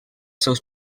seus